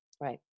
Right